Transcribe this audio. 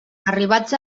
arribats